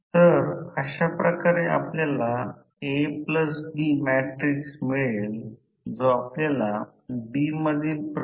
तर आता प्रत्येक टप्प्यात पुढील टप्प्यात स्टेटर emf दिलेला आहे